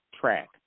track